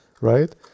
right